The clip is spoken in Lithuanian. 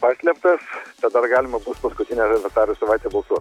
paslėptas bet dar galima bus paskutinę vasario savaitę balsuo